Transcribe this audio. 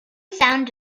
sound